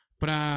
para